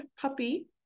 puppy